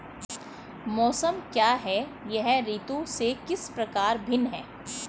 मौसम क्या है यह ऋतु से किस प्रकार भिन्न है?